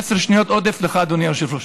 עשר שניות עודף לך, אדוני היושב-ראש.